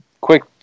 quick